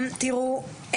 תראו,